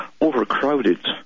overcrowded